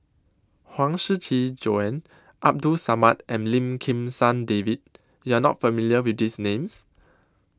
Huang Shiqi Joan Abdul Samad and Lim Kim San David YOU Are not familiar with These Names